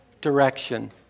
direction